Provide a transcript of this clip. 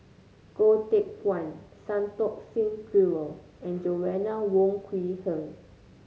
Goh Teck Phuan Santokh Singh Grewal and Joanna Wong Quee Heng